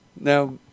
Now